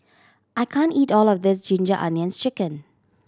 I can't eat all of this Ginger Onions Chicken